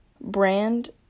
brand